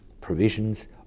provisions